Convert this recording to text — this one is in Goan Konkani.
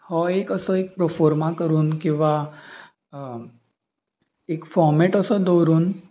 हो एक असो एक प्रोफोर्मा करून किंवां एक फॉमेट असो दवरून